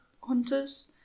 Hunters